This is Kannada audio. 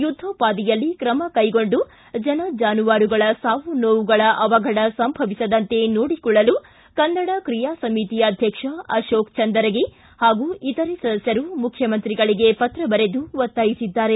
ಯುದ್ದೋಪಾದಿಯಲ್ಲಿ ಕ್ರಮ ಕೈಗೊಂಡು ಜನ ಜಾನುವಾರುಗಳ ಸಾವುನೋವುಗಳ ಅವಗಢ ಸಂಭವಿಸದಂತೆ ನೊಡಿಕೊಳ್ಳಲು ಕನ್ನಡ ತ್ರಿಯಾ ಸಮತಿ ಅಧ್ಯಕ್ಷ ಅಶೋಕ ಚಂದರಗಿ ಹಾಗೂ ಇತರೆ ಸದಸ್ಟರು ಮುಖ್ಯಮಂತ್ರಿಗಳಿಗೆ ಪತ್ರ ಬರೆದು ಒತ್ತಾಯಿಸಿದ್ದಾರೆ